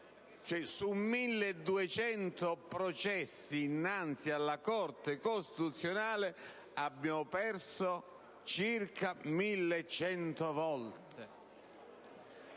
Su 1.200 processi innanzi alla Corte costituzionale abbiamo perso circa 1.100 volte.